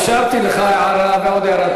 אפשרתי לך הערה ועוד הערה,